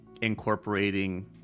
incorporating